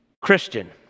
Christian